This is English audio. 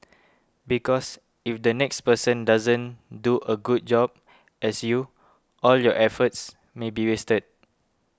because if the next person doesn't do a good job as you all your efforts may be wasted